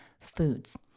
foods